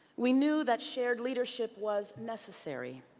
we knew that shared leadership was necessary,